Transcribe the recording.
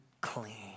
clean